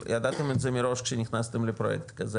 ידעתם את זה מראש כשנכנסתם לפרויקט כזה,